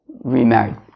remarried